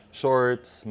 shorts